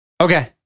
Okay